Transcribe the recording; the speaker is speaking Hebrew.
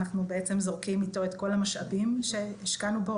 אנחנו זורקים איתו את כל המשאבים שהשקענו בו,